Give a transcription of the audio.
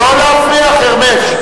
לא להפריע, חרמש.